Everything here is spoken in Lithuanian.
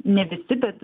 ne visi bet